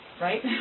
right